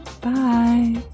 Bye